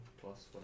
plus